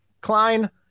Klein